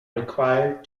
required